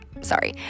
sorry